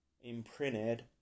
imprinted